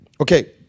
okay